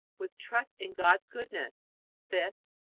with trust in god's goodness fifth,